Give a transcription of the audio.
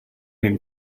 and